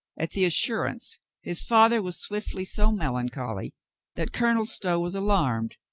at the assurance his father was swiftly so melancholy that colonel stow was alarmed.